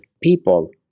people